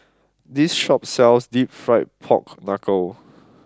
this shop sells deep fried pork Knuckle